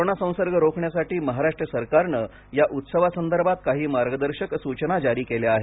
corona संसर्ग रोखण्यासाठी महाराष्ट्र सरकारनं या उत्सवासंदर्भात काही मार्गदर्शक सूचना जारी केल्या आहेत